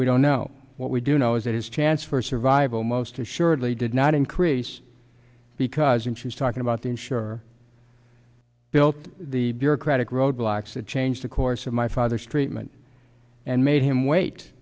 we don't know what we do know is that his chance for survival most assuredly did not increase because and she's talking about the i'm sure built the bureaucratic roadblocks to change the course of my father's treatment and made him wait